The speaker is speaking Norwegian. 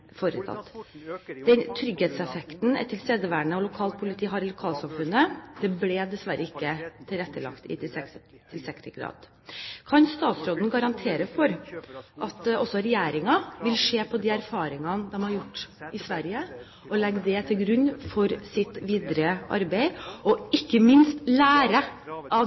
dessverre ikke tilrettelagt i tilstrekkelig grad. Kan statsråden garantere for at også Regjeringen vil se på de erfaringene de har gjort i Sverige, og legge det til grunn for sitt videre arbeid – og ikke minst lære av